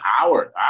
hour